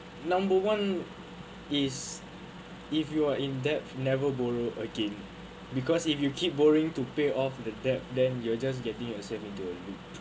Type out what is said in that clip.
number one is if you are in debt never borrow again because if you keep borrowing to pay off the debt then you're just getting yourself into a loop